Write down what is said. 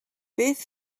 beth